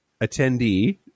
attendee